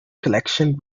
collection